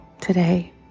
today